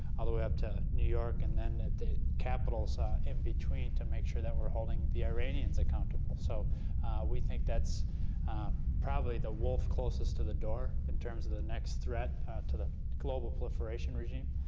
the way up to new york, and then the capitals ah in between to make sure that we're holding the iranians accountable. so we think that's probably the wolf closest to the door in terms of the next threat to the global proliferation regime.